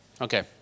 Okay